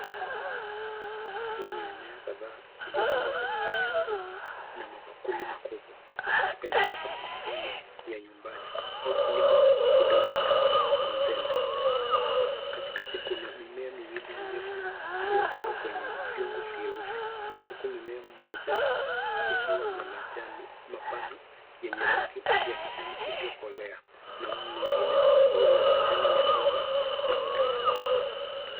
Hii ni mimea kadhaa iliyopandwa katika vyungu na mabakuli makubwa ikipendekeza bustani ya nyumbani au kilimo kidogo cha container . Katikati kuna mimea miwili mirefu iliyopandwa kwenye vyungu vyeusi huku mmea mmoja ikiwa na majani mapana yenye rangi ya kijani iliyokolea na mwingine ukiwa na majani membamba na marefu.